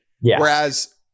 Whereas